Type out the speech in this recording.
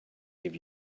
give